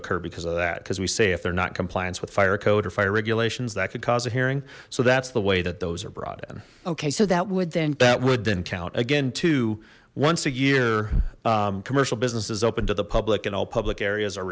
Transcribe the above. occur because of that because we say if they're not compliance with fire code or fire regulations that could cause a hearing so that's the way that those are brought in okay so that would then that would then count again to once a year commercial businesses open to the public and all public areas are